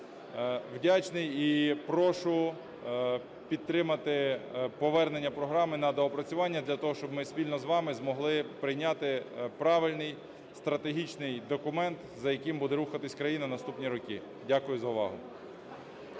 Дякую за увагу.